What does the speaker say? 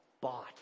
bought